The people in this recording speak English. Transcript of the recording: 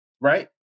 Right